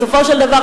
בסופו של דבר,